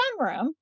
sunroom